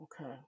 Okay